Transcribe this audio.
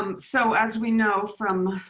um so as we know from